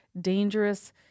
dangerous